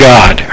God